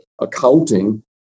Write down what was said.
accounting